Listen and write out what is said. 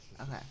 okay